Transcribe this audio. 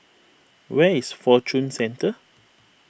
where is Fortune Centre